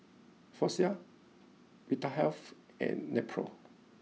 Floxia Vitahealth and Nepro